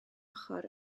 ochr